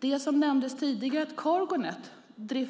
Det som nämndes tidigare om att Cargo Net drev